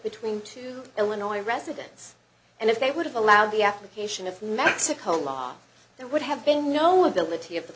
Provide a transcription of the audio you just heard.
between two illinois residents and if they would have allowed the application of mexico law there would have been no ability of the